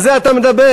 על זה אתה מדבר?